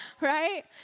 right